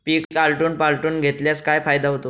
पीक आलटून पालटून घेतल्यास काय फायदा होतो?